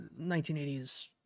1980s